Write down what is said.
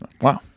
wow